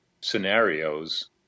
scenarios